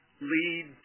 lead